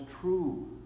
true